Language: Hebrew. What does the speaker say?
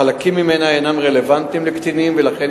חלקים ממנה אינם רלוונטיים לקטינים ולכן